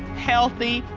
healthy,